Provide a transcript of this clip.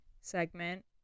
segment